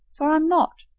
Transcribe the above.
for i'm not.